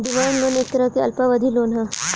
demand loan एक तरह के अल्पावधि लोन ह